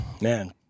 man